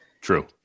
True